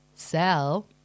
sell